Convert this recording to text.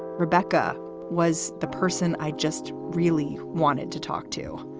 rebecca was the person i just really wanted to talk to.